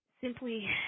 Simply